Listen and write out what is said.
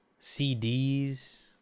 CDs